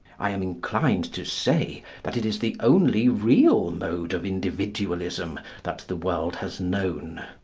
i am inclined to say that it is the only real mode of individualism that the world has known.